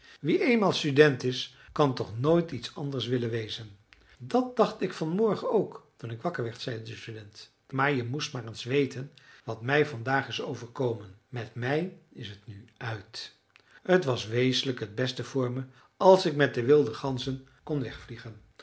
wie eenmaal student is kan toch nooit iets anders willen wezen dat dacht ik vanmorgen ook toen ik wakker werd zei de student maar je moest maar eens weten wat mij vandaag is overkomen met mij is t nu uit t was wezenlijk het beste voor me als ik met de wilde ganzen kon wegvliegen